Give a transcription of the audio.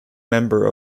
member